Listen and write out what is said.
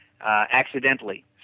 accidentally